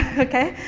okay,